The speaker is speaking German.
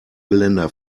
geländer